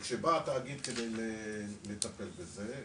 וכשבא התאגיד לטפל בזה,